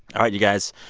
all right, you guys,